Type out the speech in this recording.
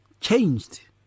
changed